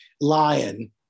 lion